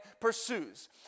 pursues